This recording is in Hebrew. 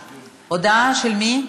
הודעה של מי?